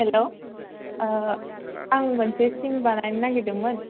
हेल' आं मोनसे सिम बानायनो नागिरदोंमोन